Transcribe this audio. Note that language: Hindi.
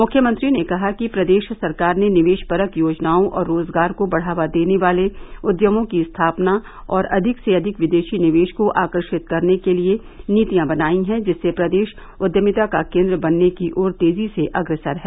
मुख्यमंत्री ने कहा कि प्रदेश सरकार ने निवेशपरक योजनाओं और रोजगार को बढ़ावा देने वाले उद्यमों की स्थापना और अधिक से अधिक विदेशी निवेश को आकर्षित करने के लिये नीतियां बनायीं हैं जिससे प्रदेश उद्यमिता का केन्द्र बनने की ओर तेजी से अग्रसर है